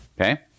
Okay